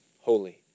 holy